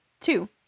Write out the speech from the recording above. Two